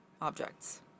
objects